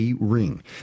ring